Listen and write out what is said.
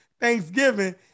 Thanksgiving